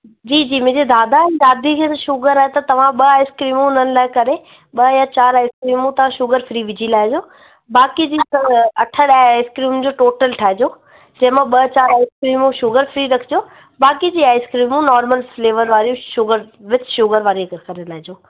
जी जी मुंहिंजे दादा दादी खे बि शुगर आहे त तव्हां ॿ आइस्क्रीमूं उन्हनि लाइ करे ॿ या चार आइस्क्रीमूं तव्हां शुगर फ्री विझी लाहिजो बाक़ी जीअं त अठ ॾह आइस्क्रीम जो टोटल ठाहिजो जंहिं मां ॿ चार आइस्क्रीमूं शुगर फ्री रखिजो बाक़ी ॿी आइस्क्रीमूं नॉर्मल फ्लेवर वारी शुगर विध शुगर वारी करे लाहिजो